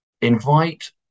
invite